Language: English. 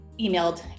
emailed